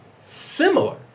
similar